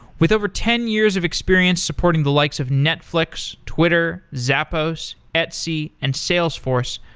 with over ten years of experience supporting the likes of netflix, twitter, zappos, etsy, and salesforce,